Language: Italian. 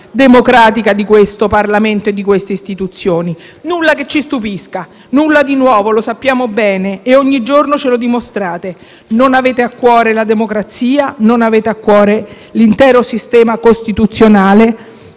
democratica di questo Parlamento e di queste istituzioni. Nulla che ci stupisca, nulla di nuovo, lo sappiamo bene e ogni giorno ce lo dimostrate. Non avete a cuore la democrazia, non avete a cuore l'intero sistema costituzionale